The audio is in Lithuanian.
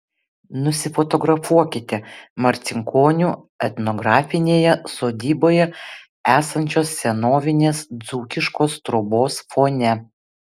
nusifotografuokite marcinkonių etnografinėje sodyboje esančios senovinės dzūkiškos trobos fone